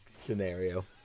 scenario